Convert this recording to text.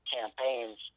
campaigns